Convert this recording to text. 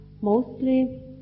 mostly